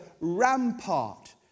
rampart